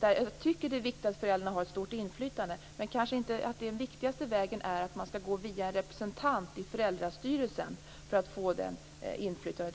som det är viktigt att föräldrarna har ett stort inflytande över. Men den viktigaste vägen kanske inte är att gå via en representant i föräldrastyrelsen för att få det inflytandet.